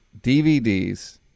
DVDs